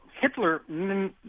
Hitler